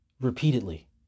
repeatedly